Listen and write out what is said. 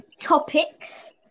topics